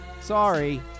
Sorry